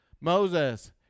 Moses